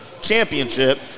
Championship